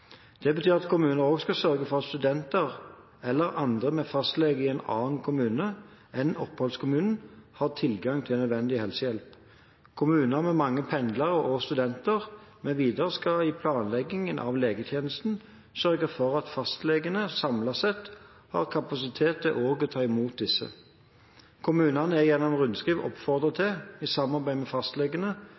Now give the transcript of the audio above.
Det betyr at kommunen også skal sørge for at studenter, eller andre med fastlege i en annen kommune enn oppholdskommunen, har tilgang til nødvendig helsehjelp. Kommuner med mange pendlere og studenter mv. skal i planleggingen av legetjenesten sørge for at fastlegene samlet sett har kapasitet til også å ta imot disse. Kommunene er gjennom rundskriv oppfordret til, i samarbeid med fastlegene,